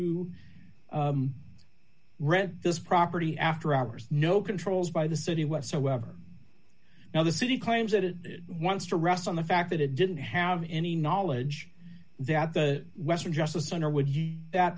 this property after hours no controls by the city whatsoever now the city claims that it wants to rest on the fact that it didn't have any knowledge that the western justice center would